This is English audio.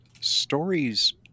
stories